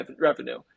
revenue